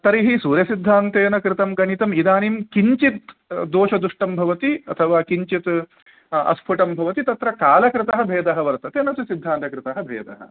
तर्हि सूर्यसिद्धान्तेन कृतं गणितम् इदानीं किञ्चित् दोषदुष्टं भवति अथवा किञ्चित् अस्फुटं भवति तत्र कालकृतः भेदः वर्तते न तु सिद्धान्तकृतः भेदः